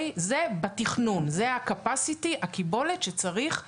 זה בתכנון, זה ה-capacity, הקיבולת שצריך לאשר.